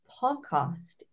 podcast